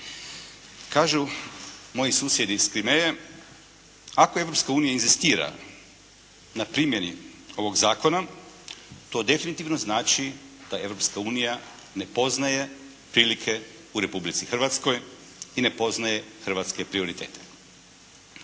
Kažu moji susjedi iz Krimeje ako Europska unija inzistira na primjeni ovog zakona to definitivno znači da Europska unija ne poznaje prilike u Republici Hrvatskoj i ne poznaje hrvatske prioritete.